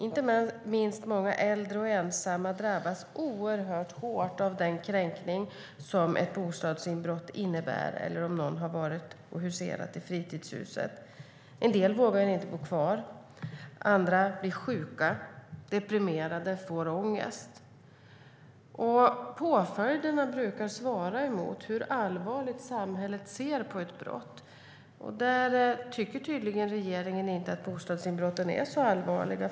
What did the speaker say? Inte minst många äldre och ensamma drabbas oerhört hårt av den kränkning som ett bostadsinbrott innebär eller om någon har varit och huserat i fritidshuset. En del vågar inte bo kvar, och andra blir sjuka, deprimerade och får ångest. Påföljder brukar svara mot hur allvarligt samhället ser på ett brott. Regeringen tycker tydligen inte att bostadsinbrotten är så allvarliga.